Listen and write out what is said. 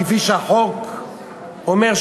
כפי שהחוק אומר,